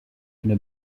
une